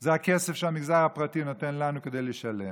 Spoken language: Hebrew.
זה הכסף שהמגזר הפרטי נותן לנו כדי לשלם.